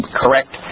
correct